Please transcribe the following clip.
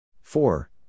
four